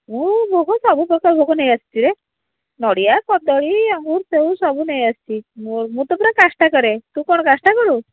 ମୁଁ ବହୁତ ସବୁ ପ୍ରକାର ଭୋଗ ନେଇ ଆସିଛିରେ ନଡ଼ିଆ କଦଳୀ ଅଙ୍ଗୁର ସେଉ ସବୁ ନେଇ ଆସିଛି ମୁଁ ମୁଁ ତ ପୁରା କାଷ୍ଠା କରେ ତୁ କ'ଣ କାଷ୍ଠା କରୁ